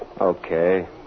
Okay